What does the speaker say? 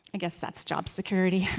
and guess that's job security.